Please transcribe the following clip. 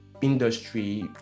industry